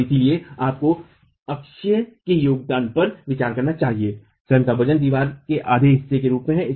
और इसलिए आपको अक्षीय के योगदान पर विचार करना चाहिए स्वयं का वजन दीवार के एक आधे हिस्से के रूप में है